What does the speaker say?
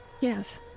Yes